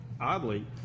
oddly